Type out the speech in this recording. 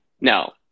no